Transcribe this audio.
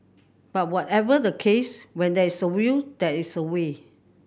but whatever the case when there's a will there's a way